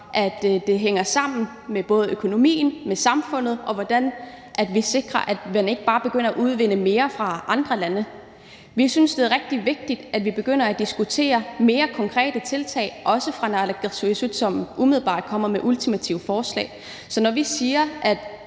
at det hænger sammen med både økonomien, med samfundet, og hvordan vi sikrer, at man ikke bare begynder at udvinde mere i andre lande. Vi synes, det er rigtig vigtigt, at vi begynder at diskutere mere konkrete tiltag, også fra naalakkersuisut, som umiddelbart kommer med ultimative forslag. Så når vi siger, at